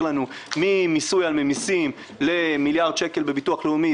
לנו ממיסוי על מסים למיליארד שקל בביטוח לאומי,